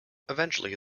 eventually